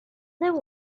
that